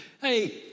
Hey